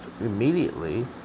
immediately